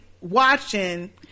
watching